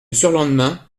surlendemain